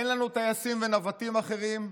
אין לנו טייסים ונווטים אחרים,